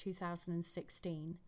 2016